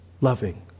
loving